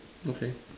okay